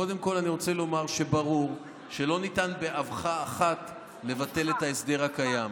קודם כול אני רוצה לומר שברור שלא ניתן באבחה אחת לבטל את ההסדר הקיים,